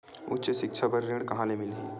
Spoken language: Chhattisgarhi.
उच्च सिक्छा बर ऋण कहां ले मिलही?